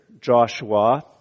Joshua